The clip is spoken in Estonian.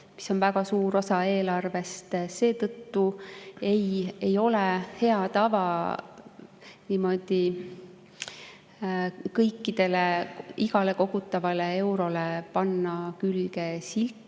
see on väga suur osa eelarvest. Seetõttu ei ole hea tava igale kogutavale eurole panna külge silti,